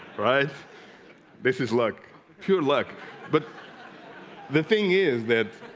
right this is luck pure luck but the thing is that